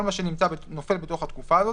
כל מה שנופל בתוך בתקופה הזאת,